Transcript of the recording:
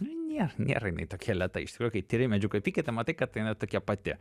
nėra nėra jinai tokia lėta iš tikrųjų kai tiri medžiagų apykaitą matai kad jinai tokia pati